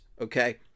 Okay